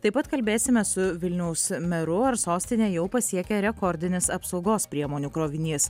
taip pat kalbėsime su vilniaus meru ar sostinę jau pasiekė rekordinis apsaugos priemonių krovinys